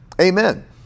Amen